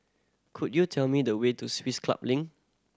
could you tell me the way to Swiss Club Link